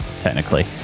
technically